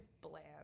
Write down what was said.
bland